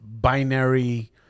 binary –